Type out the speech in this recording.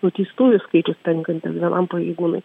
nuteistųjų skaičius tenkantis vienam pareigūnui